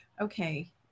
okay